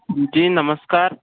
जी नमस्कार